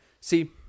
See